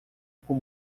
com